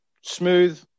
smooth